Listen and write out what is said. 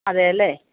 അതെ അല്ലേ